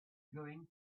going